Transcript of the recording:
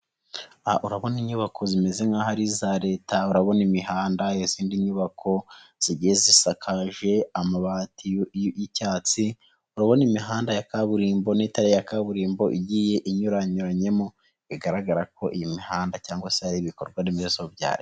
Aha urabona inyubako zimeze nk'aho ari iza leta, urabona imihanda, izindi nyubako zisakaje amabati y'icyatsi, urabona imihanda ya kaburimbo, nitari iya kaburimbo igiye inyuranyuranyemo, bigaragara ko imihanda cg se ari ibikorwa remezo bya leta.